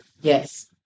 Yes